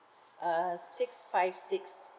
s~ uh six five six